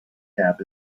cap